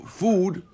food